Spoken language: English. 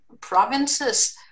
provinces